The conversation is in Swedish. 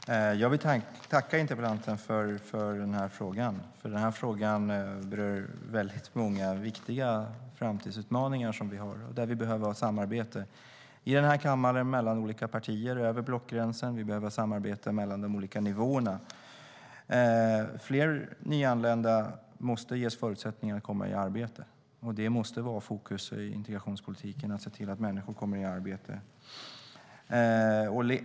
Herr talman! Jag vill tacka interpellanten för frågan. Den berör många viktiga framtidsutmaningar där vi behöver ha ett samarbete mellan olika partier i den här kammaren över blockgränserna. Det behövs ett samarbete mellan de olika nivåerna. Fler nyanlända måste ges förutsättningar för att komma i arbete. Fokus i integrationspolitiken måste vara att se till att människor kommer i arbete.